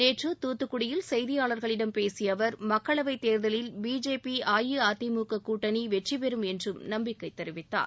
நேற்று தூத்துக்குடியில் செய்தியாளர்களிடம் பேசிய அவர் மக்களவை தேர்தலில் பிஜேபி அஇஅதிமுக கூட்டணி வெற்றி பெறும் என்றும் நம்பிக்கை தெரிவித்தார்